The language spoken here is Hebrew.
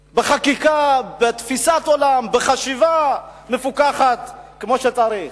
בחקיקה, בתפיסת עולם, בחשיבה מפוכחת כמו שצריך.